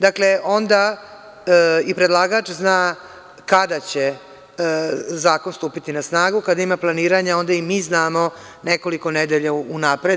Dakle, onda i predlagač zna kada će zakon stupiti na snagu, kada ima planiranja onda i mi znamo nekoliko nedelja unapred.